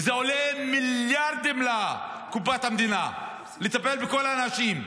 וזה עולה מיליארדים לקופת המדינה לטפל בכל האנשים,